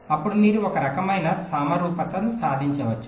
అప్పుడు మీరు ఒక రకమైన సమరూపతను సాధించవచ్చు